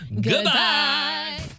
Goodbye